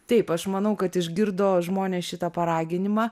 taip aš manau kad išgirdo žmonės šitą paraginimą